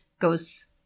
goes